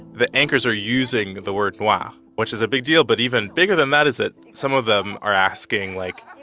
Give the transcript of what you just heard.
the anchors are using the word noir, which is a big deal. but even bigger than that is that some of them are asking, like,